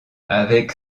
avec